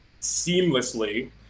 seamlessly